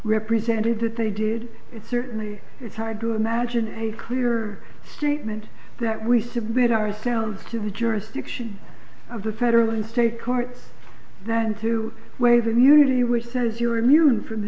represented that they did it certainly it's hard to imagine a clearer statement that we submit ourselves to the jurisdiction of the federal and state courts than to waive immunity which says you're immune from